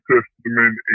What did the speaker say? Testament